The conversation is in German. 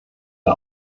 der